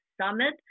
summit